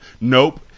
nope